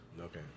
Okay